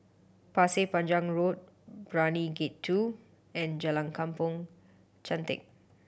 Pasir Panjang Road Brani Gate Two and Jalan Kampong Chantek